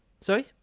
Sorry